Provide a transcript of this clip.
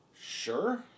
sure